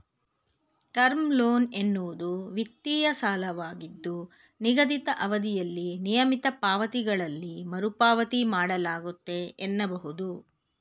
term loan ಎನ್ನುವುದು ವಿತ್ತೀಯ ಸಾಲವಾಗಿದ್ದು ನಿಗದಿತ ಅವಧಿಯಲ್ಲಿ ನಿಯಮಿತ ಪಾವತಿಗಳಲ್ಲಿ ಮರುಪಾವತಿ ಮಾಡಲಾಗುತ್ತೆ ಎನ್ನಬಹುದು